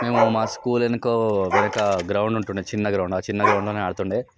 మేము మా స్కూల్ వెనుక వెనుక గ్రౌండ్ ఉంటుండె చిన్న గ్రౌండ్ ఆ చిన్న గ్రౌండ్లోనే ఆడుతుంటుండె